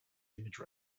image